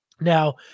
Now